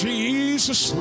Jesus